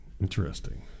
Interesting